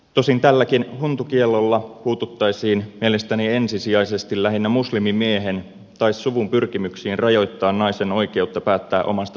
tosin tälläkin huntukiellolla puututtaisiin mielestäni ensisijaisesti lähinnä muslimimiehen tai suvun pyrkimyksiin rajoittaa naisen oikeutta päättää omasta pukeutumisestaan